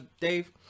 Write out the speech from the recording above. Dave